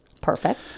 perfect